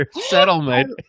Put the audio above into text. settlement